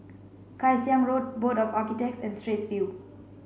Kay Siang Road Board of Architects and Straits View